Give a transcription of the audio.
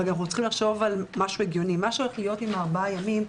אבל אנחנו צריכים לחשוב גם על משהו הגיוני בנוגע לארבעת הימים.